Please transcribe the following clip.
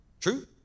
true